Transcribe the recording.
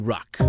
Rock